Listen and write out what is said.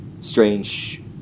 strange